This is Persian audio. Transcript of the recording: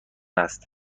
است